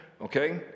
Okay